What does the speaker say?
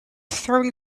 throwing